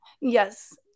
Yes